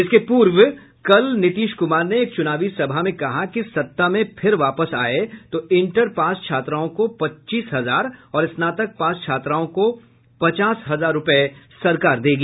इसके पूर्व श्री कुमार ने एक चुनावी सभा में कहा कि सत्ता में फिर वापस आयें तो इंटर पास छात्राओं को पच्चीस हजार और स्नातक पास छात्राओं को पचास हजार रूपये सरकार देगी